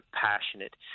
passionate